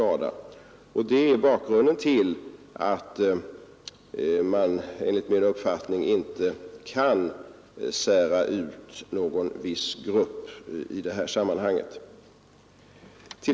Det är bakgrunden till att man enligt min uppfattning inte kan sära ut någon viss grupp i det här sammanhanget.